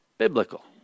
Biblical